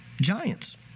giants